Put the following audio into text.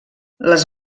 les